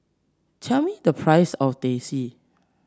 tell me the price of Teh C